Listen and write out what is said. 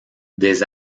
des